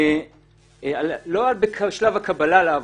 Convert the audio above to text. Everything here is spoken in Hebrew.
לא בשלב הקבלה לעבודה,